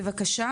בבקשה